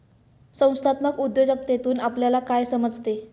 संस्थात्मक उद्योजकतेतून आपल्याला काय समजते?